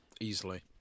Easily